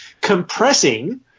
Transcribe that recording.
compressing